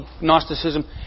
Gnosticism